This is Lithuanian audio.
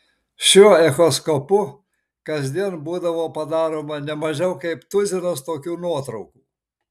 šiuo echoskopu kasdien būdavo padaroma ne mažiau kaip tuzinas tokių nuotraukų